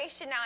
now